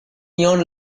neon